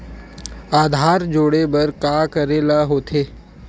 आधार जोड़े बर का करे ला होथे?